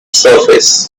surface